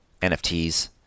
NFTs